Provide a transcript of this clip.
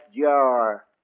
jar